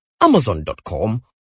amazon.com